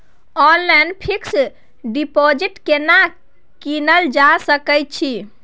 Online fix deposit केना कीनल जा सकै छी?